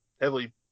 heavily